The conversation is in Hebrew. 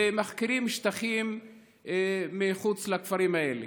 וחוכרים שטחים מחוץ לכפרים האלה.